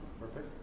Perfect